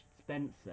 Spencer